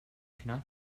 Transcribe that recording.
cannot